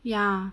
ya